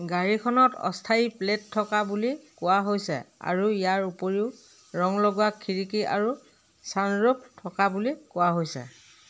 গাড়ীখনত অস্থায়ী প্লেট থকা বুলি কোৱা হৈছে আৰু ইয়াৰ উপৰিও ৰং লগোৱা খিৰিকী আৰু ছানৰুফ থকা বুলি কোৱা হৈছে